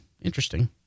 Interesting